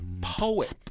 poet